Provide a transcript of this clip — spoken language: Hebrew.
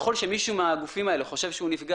ככל שמישהו מהגופים האלה חושב שהוא נפגע